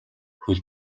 хөл